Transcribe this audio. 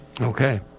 okay